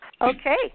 Okay